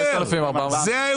5,470 ₪.